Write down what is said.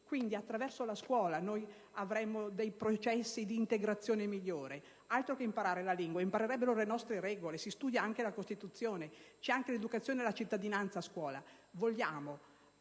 Quindi, attraverso la scuola noi avremo dei processi di integrazione migliori. Altro che imparare la lingua. Imparerebbero le nostre regole! A scuola si studia anche la Costituzione ed è prevista l'educazione alla cittadinanza.